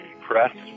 press